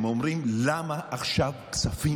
הם אומרים: למה עכשיו כספים